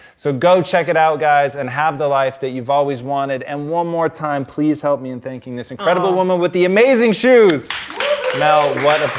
so go check it out guys and have the life that you've always wanted. and one more time please help me in thanking this incredible woman with the amazing shoes mel what